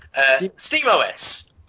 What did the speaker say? SteamOS